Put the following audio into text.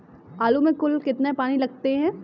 आलू में कुल कितने पानी लगते हैं?